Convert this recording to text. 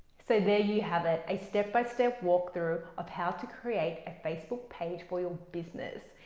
so there you have it, a step by step walkthrough of how to create a facebook page for your business.